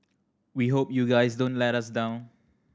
we hope you guys don't let us down